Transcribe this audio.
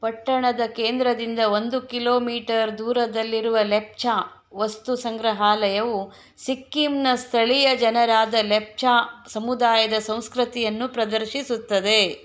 ಪಟ್ಟಣದ ಕೇಂದ್ರದಿಂದ ಒಂದು ಕಿಲೋಮೀಟರ್ ದೂರದಲ್ಲಿರುವ ಲೆಪ್ಚಾ ವಸ್ತುಸಂಗ್ರಹಾಲಯವು ಸಿಕ್ಕಿಂನ ಸ್ಥಳೀಯ ಜನರಾದ ಲೆಪ್ಚಾ ಸಮುದಾಯದ ಸಂಸ್ಕೃತಿಯನ್ನು ಪ್ರದರ್ಶಿಸುತ್ತದೆ